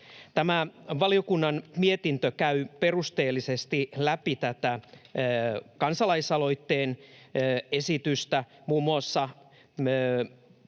Tämä valiokunnan mietintö käy perusteellisesti läpi tätä kansalaisaloitteen esitystä muun muassa